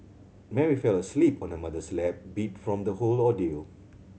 Mary fell asleep on her mother's lap beat from the whole ordeal